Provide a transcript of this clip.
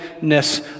ness